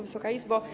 Wysoka Izbo!